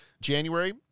January